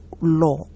law